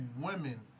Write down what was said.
women